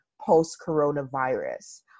post-coronavirus